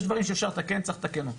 יש דברים שאפשר לתקן צריך לתקן אותם,